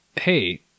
hey